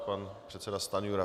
Pan předseda Stanjura.